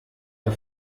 der